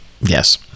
Yes